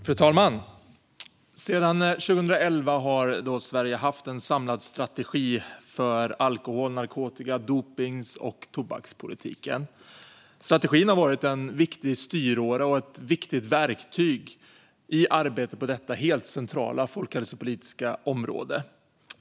Fru talman! Sedan 2011 har Sverige haft en samlad strategi för alkohol, narkotika, dopnings och tobakspolitiken. Strategin har varit en viktig styråra och ett viktigt verktyg i arbetet på detta centrala folkhälsopolitiska område.